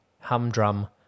humdrum